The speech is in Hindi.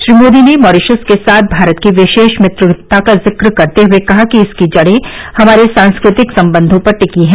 श्री मोदी ने मॉरीशस के साथ भारत की विशेष मित्रता का जिक्र करते हुए कहा कि इसकी जड़ें हमारे सांस्कृतिक संबंधों पर टिकी हैं